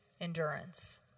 endurance